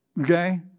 Okay